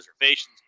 reservations